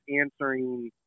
answering